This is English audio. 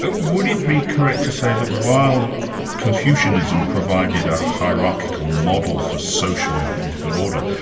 ah would it be correct to say that while confucianism provided a hierarchical model for social and political order,